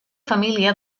família